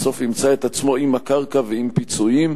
בסוף ימצא עצמו עם הקרקע ועם פיצויים.